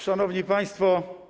Szanowni Państwo!